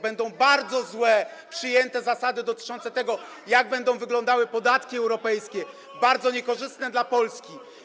Będą przyjęte bardzo złe zasady dotyczące tego, jak będą wyglądały podatki europejskie, bardzo niekorzystne dla Polski.